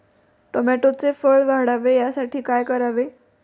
टोमॅटोचे फळ वाढावे यासाठी काय करावे?